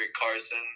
Carson